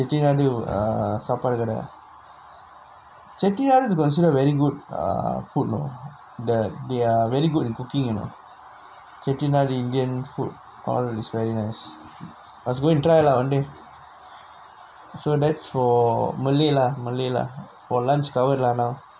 Chettinad err சாப்பாடுலா செட்டிநாடு:saapaadulaa chettinaadu is consider very good ah food you know they they are very good cooking Chettinad indian food all is very nice must go and try lah one day so that's for malay lah malay lah for lunch covered lah now